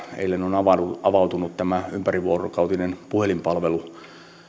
eilen on avautunut ympärivuorokautinen puhelinpalvelu